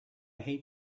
hate